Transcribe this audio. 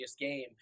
game